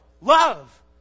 love